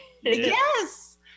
Yes